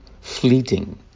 fleeting